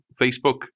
facebook